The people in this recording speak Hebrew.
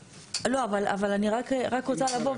לא, אבל אני רק רוצה לבוא,